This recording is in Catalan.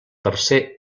tercer